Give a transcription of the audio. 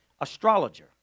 astrologer